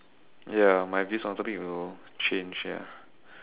ya my views on the topic will change ya